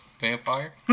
Vampire